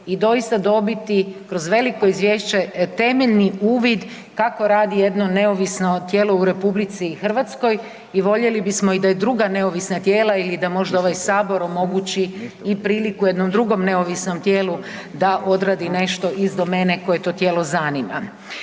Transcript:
i doista dobiti kroz veliko izvješće temeljni uvid kako radi jedno neovisno tijelo u RH i voljeli bismo da i druga neovisna tijela ili da možda ovaj Sabor omogući i priliku jednom drugom neovisnom tijelu da odradi nešto iz domene koje to tijelo zanima.